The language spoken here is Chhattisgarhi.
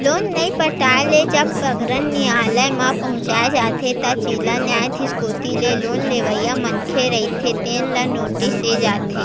लोन नइ पटाए ले जब प्रकरन नियालय म पहुंच जाथे त जिला न्यायधीस कोती ले लोन लेवइया मनखे रहिथे तेन ल नोटिस दे जाथे